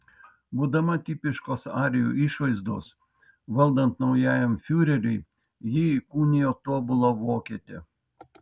būdama tipiškos arijų išvaizdos valdant naujajam fiureriui ji įkūnijo tobulą vokietę